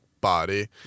body